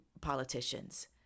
politicians